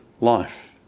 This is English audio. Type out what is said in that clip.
life